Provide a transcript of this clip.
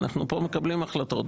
אנחנו פה מקבלים החלטות,